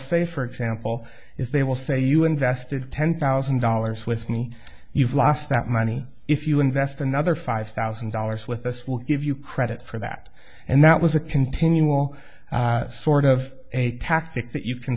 say for example is they will say you invested ten thousand dollars with me you've lost that money if you invest another five thousand dollars with us we'll give you credit for that and that was a continual sort of a tactic that you can